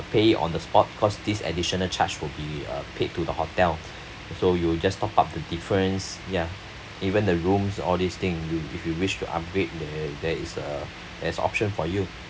pay on the spot cause this additional charge will be uh paid to the hotel so you'll just top up the difference ya even the rooms all these thing you if you wish to upgrade there there is uh there's option for you